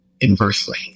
inversely